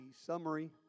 summary